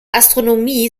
astronomie